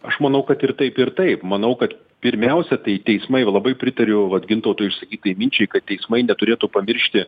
aš manau kad ir taip ir taip manau kad pirmiausia tai teismai labai pritariu vat gintautui išsakytai minčiai kad teismai neturėtų pamiršti